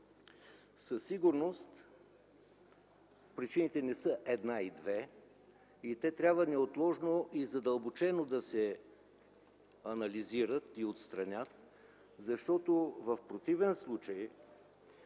със сигурност причините не са една и две и те трябва неотложно и задълбочено да се анализират и отстранят, защото в противен случай,